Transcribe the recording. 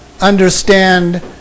Understand